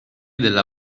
della